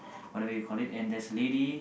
whatever you call it and there's lady